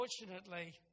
unfortunately